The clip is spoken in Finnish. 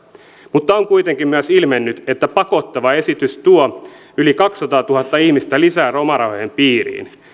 mutta on kuitenkin myös ilmennyt että pakottava esitys tuo yli kaksisataatuhatta ihmistä lisää lomarahojen piiriin